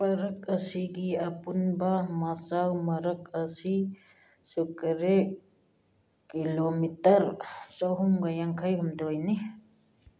ꯄꯥꯛ ꯑꯁꯤꯒꯤ ꯑꯄꯨꯟꯕ ꯃꯆꯧ ꯃꯔꯛ ꯑꯁꯤ ꯁꯨꯀꯔꯦ ꯀꯤꯂꯣꯃꯤꯇꯔ ꯑꯍꯨꯝꯒ ꯌꯥꯡꯈꯩ ꯍꯨꯝꯗꯣꯏꯅꯤ